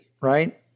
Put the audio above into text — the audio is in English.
right